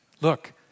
Look